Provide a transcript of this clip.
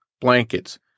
blankets